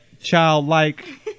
childlike